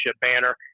banner